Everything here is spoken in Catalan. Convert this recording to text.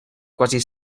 quasi